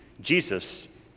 Jesus